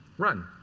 run.